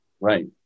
right